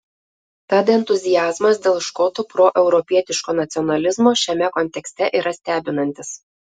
tad entuziazmas dėl škotų proeuropietiško nacionalizmo šiame kontekste yra stebinantis